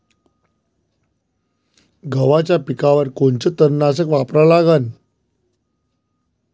गव्हाच्या पिकावर कोनचं तननाशक वापरा लागन?